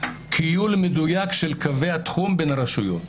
כיול מדויק של קווי התחום בין הרשויות.